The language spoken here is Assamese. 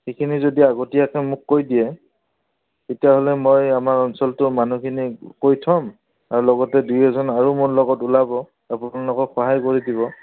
সেইখিনি যদি আগতীয়াকে মোক কৈ দিয়ে তেতিয়াহ'লে মই আমাৰ অঞ্চলটো মানুহখিনি কৈ থ'ম আৰু লগতে দুই এজন আৰু মোৰ লগত ওলাব আপোনালোকক সহায় কৰি দিব